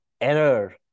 error